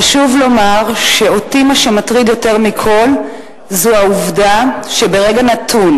חשוב לומר שאותי מה שמטריד יותר מכול זו העובדה שברגע נתון,